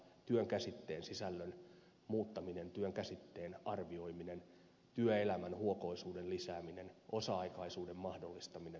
työn käsitteen sisällön muuttaminen työn käsitteen arvioiminen työelämän huokoisuuden lisääminen osa aikaisuuden mahdollistaminen